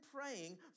praying